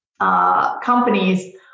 companies